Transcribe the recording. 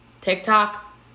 TikTok